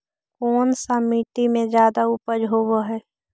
कोन सा मिट्टी मे ज्यादा उपज होबहय?